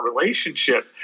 relationship